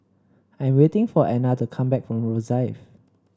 I'm waiting for Ena to come back from Rosyth